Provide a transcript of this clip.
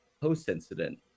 post-incident